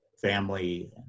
family